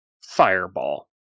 fireball